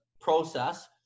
process